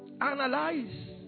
Analyze